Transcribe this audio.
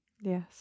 Yes